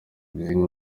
zimwe